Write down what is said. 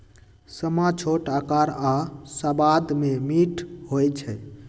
समा छोट अकार आऽ सबाद में मीठ होइ छइ